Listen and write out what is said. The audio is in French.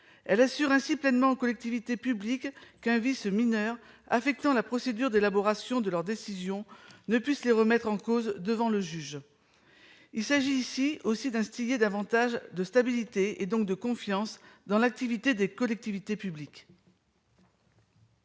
elle assure ainsi pleinement aux collectivités publiques qu'un vice mineur affectant la procédure d'élaboration de leurs décisions ne puisse les remettre en cause devant le juge, il s'agissait aussi d'instiller davantage de stabilité et donc de confiance dans l'activité des collectivités publiques.